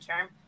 term